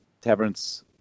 Taverns